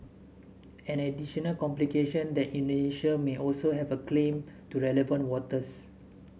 an additional complication that Indonesia may also have a claim to the relevant waters